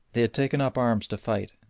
they had taken up arms to fight,